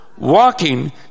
Walking